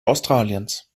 australiens